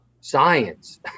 science